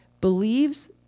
Believes